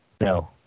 No